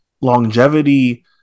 longevity